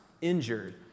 injured